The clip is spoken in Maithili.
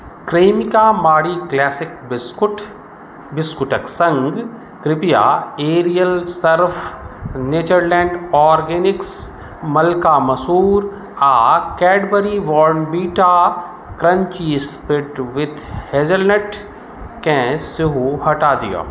क्रेमिका मारी क्लासिक बिस्कुट बिस्कुटक सङ्ग कृपया Ariel Surf Natureland Organics malka masoor आ Cadbury Bournvita crunchy spread with hazelnut केँ सेहो हटा दिअ